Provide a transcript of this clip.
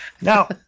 Now